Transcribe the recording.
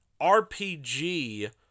RPG